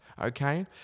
Okay